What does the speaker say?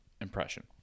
impression